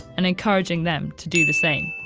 and encouraging them to do the same.